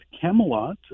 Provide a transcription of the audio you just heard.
Camelot